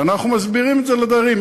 ואנחנו מסבירים את זה לדיירים.